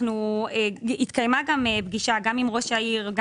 התקיימה פגישה גם עם ראש העיר.